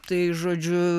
tai žodžiu